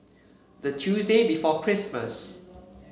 the Tuesday before Christmas